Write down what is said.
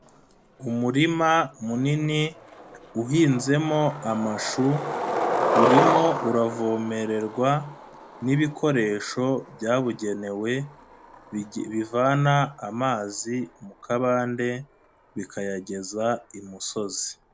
Umurima munini uhinzemo amashu urimo uravomererwa n'ibikoresho byabugenewe bivana amazi mu kabande bikayageza imusozi.